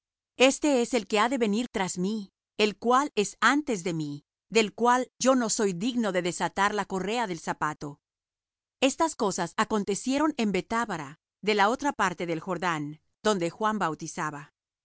este es el que ha de venir tras mí el cual es antes de mí del cual yo no soy digno de desatar la correa del zapato estas cosas acontecieron en betábara de la otra parte del jordán donde juan bautizaba